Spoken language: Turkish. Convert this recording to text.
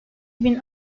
bin